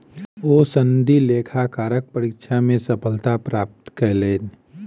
ओ सनदी लेखाकारक परीक्षा मे सफलता प्राप्त कयलैन